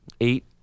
Eight